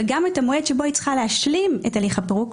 וגם את המועד שבו היא צריכה להשלים את הליך הפירוק,